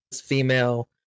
female